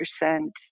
percent